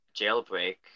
Jailbreak